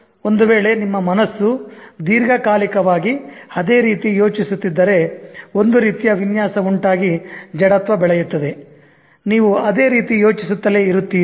ಒಂದು ವೇಳೆ ನಿಮ್ಮ ಮನಸ್ಸು ದೀರ್ಘಕ ಕಾಲಿಕವಾಗಿ ಅದೇ ರೀತಿ ಯೋಚಿಸು ಯೋಚಿಸುತ್ತಿದ್ದರೆ ಒಂದು ರೀತಿಯ ವಿನ್ಯಾಸ ಉಂಟಾಗಿ ಜಡತ್ವ ಬೆಳೆಯುತ್ತದೆ ನೀವು ಅದೇ ರೀತಿ ಯೋಚಿಸುತ್ತಲೇ ಇರುತ್ತೀರಿ